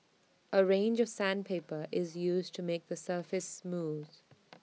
A range of sandpaper is used to make the surface smooth